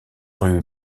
rue